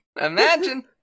imagine